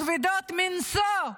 הכבדות מנשוא,